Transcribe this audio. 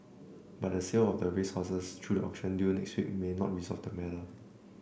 but the sale of the racehorses through the auction due next week may not resolve the matter